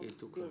יתוקן.